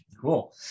Cool